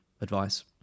advice